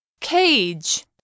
Cage